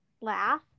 laugh